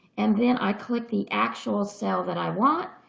and then i click the actual cell that i want.